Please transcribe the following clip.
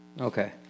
Okay